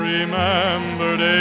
Remembered